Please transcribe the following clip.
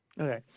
Okay